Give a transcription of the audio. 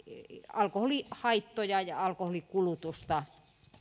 alkoholihaittoja ja alkoholikulutusta